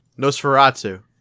Nosferatu